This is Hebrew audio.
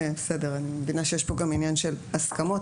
ואני מבינה שיש פה גם עניין של הסכמות.